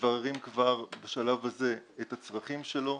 מבררים כבר בשלב הזה את הצרכים שלו,